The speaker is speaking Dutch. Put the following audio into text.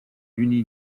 juni